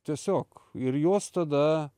tiesiog ir juos tada